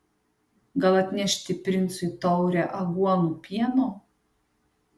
gal atnešti princui taurę aguonų pieno